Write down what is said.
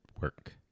work